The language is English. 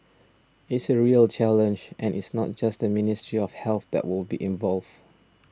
it's a real challenge and it's not just the Ministry of Health that will be involved